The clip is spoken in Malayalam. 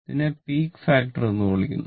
ഇതിനെ പീക്ക് ഫാക്ടർ എന്ന് വിളിക്കുന്നു